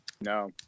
No